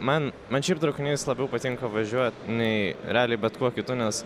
man man šiaip traukiniais labiau patinka važiuot nei realiai bet kuo kitu nes